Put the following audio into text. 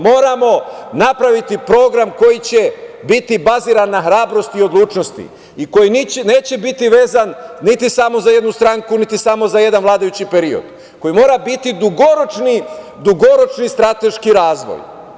Moramo napraviti program koji će biti baziran na hrabrosti i odlučnosti i koji neće biti vezan samo za jednu stranku, niti za samo jedan vladajući period, koji mora biti dugoročni strateški razvoj.